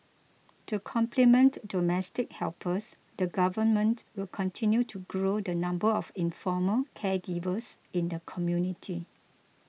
to complement domestic helpers the Government will continue to grow the number of informal caregivers in the community